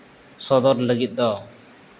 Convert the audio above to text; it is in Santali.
ᱥᱚᱫᱚᱨ ᱞᱟᱹᱜᱤᱫ ᱫᱚ